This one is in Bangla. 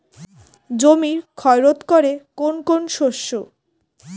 জমির ক্ষয় রোধ করে কোন কোন শস্য?